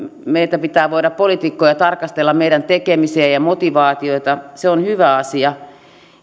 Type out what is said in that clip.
meitä poliitikkoja pitää voida tarkastella meidän tekemisiämme ja motivaatioitamme se on hyvä asia